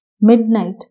Midnight